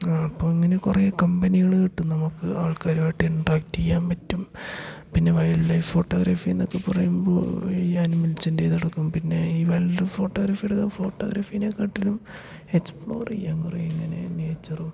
അപ്പോൾ ഇങ്ങനെ കുറേ കമ്പനികൾ കിട്ടും നമുക്ക് ആൾക്കാരുമായിട്ട് ഇൻട്രാക്ട് ചെയ്യാൻ പറ്റും പിന്നെ വൈൽഡ് ലൈഫ് ഫോട്ടോഗ്രാഫിയെന്നൊക്കെ പറയുമ്പോൾ ഈ ആനിമൽസിൻ്റെതെടുക്കും പിന്നെ ഈ വൈൽഡ് ലൈഫ് ഫോട്ടോഗ്രാഫിയുടെ ഫോട്ടോഗ്രാഫിനെക്കാളും എക്സ്പ്ലോർ ചെയ്യാം കുറേ ഇങ്ങനെ നേച്ചറും